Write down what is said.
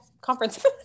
conference